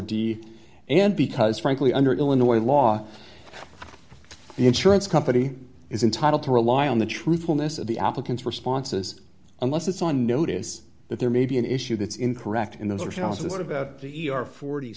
d and because frankly under illinois law the insurance company is entitled to rely on the truthfulness of the applicant's responses unless it's on notice that there may be an issue that's incorrect in those originals what about the e r forty